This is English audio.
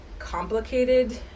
complicated